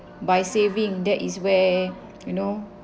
by saving that is where you know